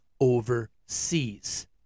overseas